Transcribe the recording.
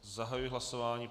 Zahajuji hlasování.